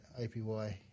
APY